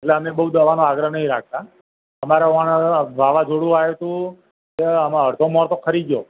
એટલે અમે બહુ દવાનો આગ્રહ નથી રાખતા અમારે ઓણ વાવાઝોડું આવ્યું હતું તો ય અમારો આડધો મોર તો ખરી ગયો